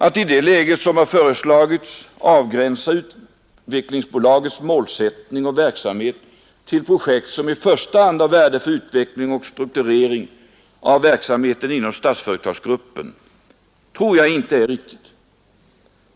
Att i det läget, som har föreslagits, avgränsa Utvecklingsbolagets målsättning och verksamhet till projekt som i första hand har värde för utveckling och strukturering av verksamheten inom Statsföretagsgruppen är enligt min mening inte riktigt.